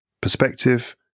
perspective